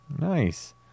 Nice